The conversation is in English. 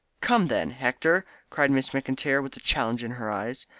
come, then, hector, cried miss mcintyre with a challenge in her eyes.